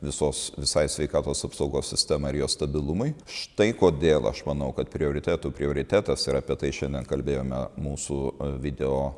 visos visai sveikatos apsaugos sistemai ir jos stabilumui štai kodėl aš manau kad prioritetų prioritetas ir apie tai šiandien kalbėjome mūsų video